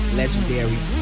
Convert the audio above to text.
legendary